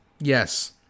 Yes